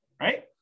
right